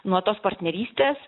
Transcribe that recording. nuo tos partnerystės